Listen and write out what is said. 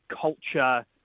culture